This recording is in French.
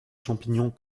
champignons